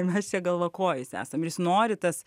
mes čia galvakojis esam ir jis nori tas